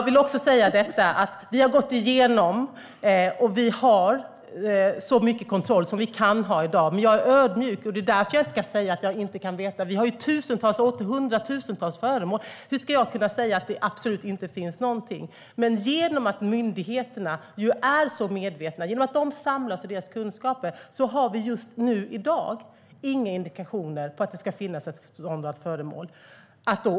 Vi har gått igenom detta, och vi har så mycket kontroll som vi kan ha i dag. Men jag är ödmjuk, och det är därför som jag inte kan säga att jag vet säkert. Vi har hundratusentals föremål. Hur ska jag kunna säga att det absolut inte finns någonting där? Men genom att myndigheterna är så medvetna och genom att de har sådana kunskaper har vi just i dag inga indikationer på att det ska finnas sådana föremål.